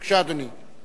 בבקשה, אדוני.